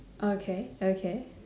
oh okay okay